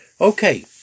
Okay